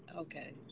Okay